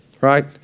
right